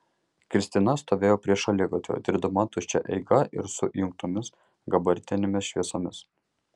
kristina stovėjo prie šaligatvio dirbdama tuščia eiga ir su įjungtomis gabaritinėmis šviesomis